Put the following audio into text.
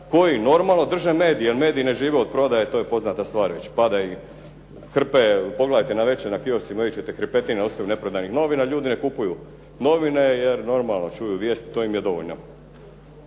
koji normalno drže medije, jer mediji ne drže od prodaje. Već padaju hrpe, pogledajte navečer na kioscima vidjet ćete ostaju hrpetine neprodanih novina. Ljudi ne kupuju novine, čuju vijesti i to im je dovoljno.